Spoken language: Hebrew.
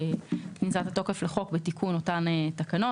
כניסת החוק לתוקף בתיקון אותן תקנות.